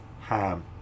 ham